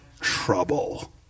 trouble